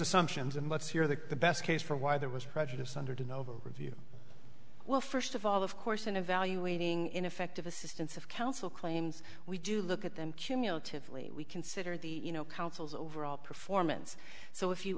assumptions and let's hear that the best case for why there was prejudiced sundered an overview well first of all of course in evaluating ineffective assistance of counsel claims we do look at them cumulatively we consider the you know counsels overall performance so if you